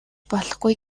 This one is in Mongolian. болохгүй